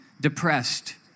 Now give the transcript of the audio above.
depressed